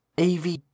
AV